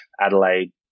Adelaide